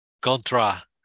contra